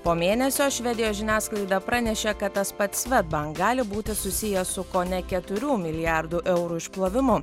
po mėnesio švedijos žiniasklaida pranešė kad tas pats svedbank gali būti susijęs su kone keturių milijardų eurų išplovimu